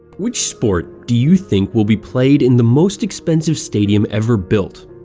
which sport do you think will be played in the most expensive stadium ever built?